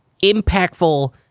Impactful